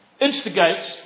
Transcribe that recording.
instigates